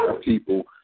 people